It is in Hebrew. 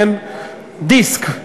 דיסק,